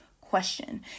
question